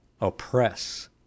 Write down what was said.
oppress